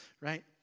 right